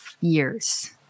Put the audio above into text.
years